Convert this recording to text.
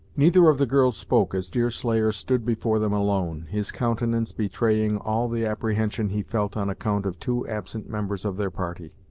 neither of the girls spoke as deerslayer stood before them alone, his countenance betraying all the apprehension he felt on account of two absent members of their party.